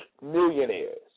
millionaires